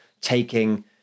taking